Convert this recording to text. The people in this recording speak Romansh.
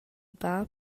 bab